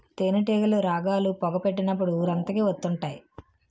తేనేటీగలు రాగాలు, పొగ పెట్టినప్పుడు ఊరంతకి వత్తుంటాయి